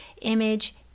image